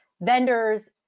vendors